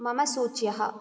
मम सूच्यः